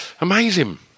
amazing